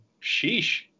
Sheesh